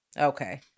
Okay